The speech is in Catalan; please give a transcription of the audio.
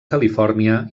califòrnia